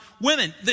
women